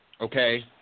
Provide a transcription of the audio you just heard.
okay